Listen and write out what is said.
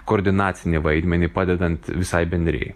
koordinacinį vaidmenį padedant visai bendrijai